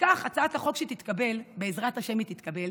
בכך שהצעת החוק תתקבל, בעזרת השם היא תתקבל,